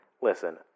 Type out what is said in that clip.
Listen